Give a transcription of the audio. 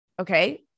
Okay